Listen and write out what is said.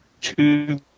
two